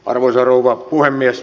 arvoisa rouva puhemies